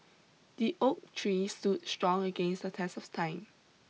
the oak tree stood strong against the test of time